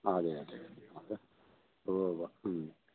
അതേ അതേ ഉവ്വ ഉവ്വ മ്മ്